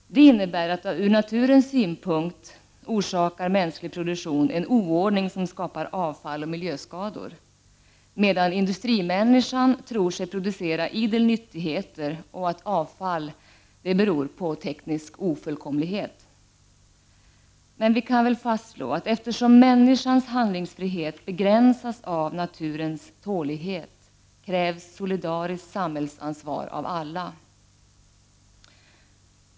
Det innebär att ur naturens synpunkt orsakar mänsklig produktion en oordning som skapar avfall och miljöskador, medan industrimänniskan tror sig producera idel nyttigheter och tror att avfall beror på teknisk ofullkomlighet. Men vi kan väl fastslå att eftersom människans handlingsfrihet begränsas av naturens tålighet, krävs solidariskt samhällsansvar av alla.